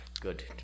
good